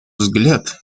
взгляд